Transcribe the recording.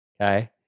Okay